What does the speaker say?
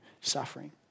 suffering